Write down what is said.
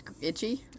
itchy